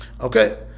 Okay